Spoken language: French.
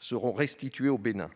seront restituées au Bénin.